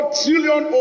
trillion